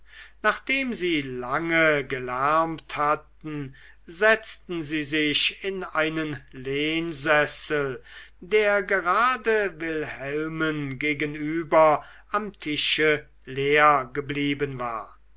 nachdem sie lange gelärmt hatten setzten sie sich in einen lehnsessel der gerade wilhelmen gegenüber am tische leer geblieben war